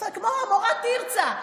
זה כמו המורה תרצה,